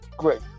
great